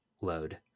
load